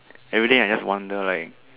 everyday I just wonder like